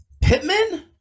Pittman